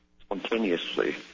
spontaneously